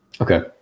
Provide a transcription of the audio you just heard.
Okay